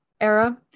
era